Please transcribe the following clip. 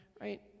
right